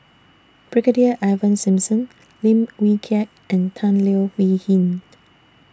Brigadier Ivan Simson Lim Wee Kiak and Tan Leo Wee Hin